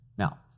Now